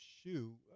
shoe